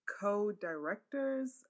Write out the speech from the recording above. co-directors